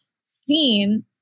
steam